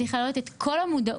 צריך להעלות את כל המודעות,